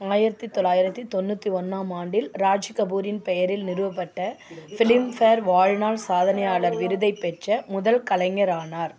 ஆயிரத்தி தொள்ளாயிரத்தி தொண்ணூற்றி ஒன்றாம் ஆண்டில் ராஜ் கபூரின் பெயரில் நிறுவப்பட்ட ஃப்லிம்பேர் வாழ்நாள் சாதனையாளர் விருதைப் பெற்ற முதல் கலைஞரானார்